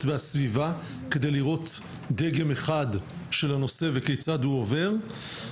והסביבה כדי לראות דגם אחד של הנושא וכיצד הוא עובר,